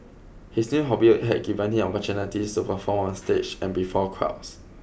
his new hobby had given him opportunities to perform on stage and before crowds